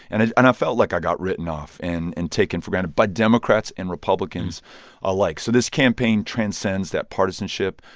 and i and felt like i got written off and and taken for granted by democrats and republicans alike. so this campaign transcends that partisanship,